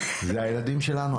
זה הילדים שלנו,